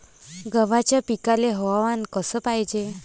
गव्हाच्या पिकाले हवामान कस पायजे?